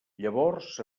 llavors